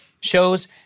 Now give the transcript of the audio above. shows